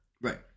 Right